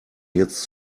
jetzt